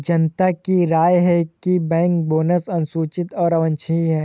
जनता की राय है कि बैंक बोनस अनुचित और अवांछनीय है